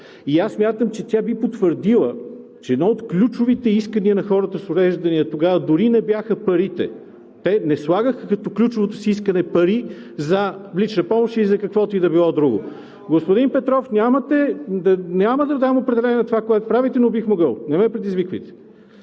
И аз смятам, че тя би потвърдила, че едно от ключовите искания на хората с увреждания тогава дори не бяха парите, те не слагаха като ключово искането за пари за лична помощ или за каквото и да било друго. Господин Петров, няма да дам определение на това, което правите, но бих могъл. Не ме предизвиквайте.